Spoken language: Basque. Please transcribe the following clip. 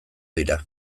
dira